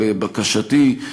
לבקשתי,